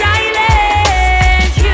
Silence